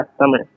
summer